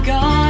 God